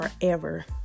forever